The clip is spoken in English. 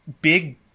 big